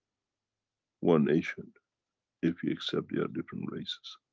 one nation if you accept you are different races.